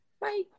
Bye